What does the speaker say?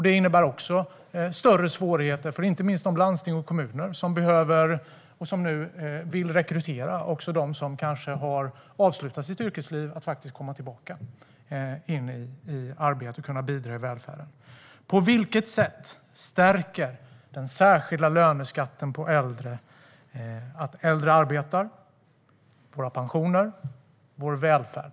Det innebär också större svårigheter för inte minst de landsting och kommuner som behöver och vill rekrytera dem som kanske har avslutat sitt yrkesliv så att dessa kommer tillbaka i arbete och kan bidra till välfärden. På vilket sätt gör den särskilda löneskatten på äldre att de äldre arbetar, och hur stärker den våra pensioner och vår välfärd?